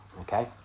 okay